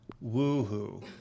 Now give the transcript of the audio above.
Woo-hoo